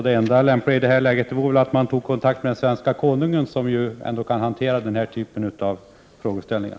Det enda lämpliga i detta läge vore väl att man tog kontakt med den svenska konungen som ju ändå kan hantera den här typen av frågeställningar.